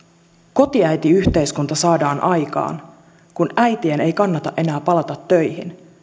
kotiäitiyhteiskunta saadaan aikaan kun äitien ei kannata enää palata töihin